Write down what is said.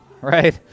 right